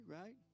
right